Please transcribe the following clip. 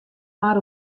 mar